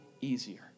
easier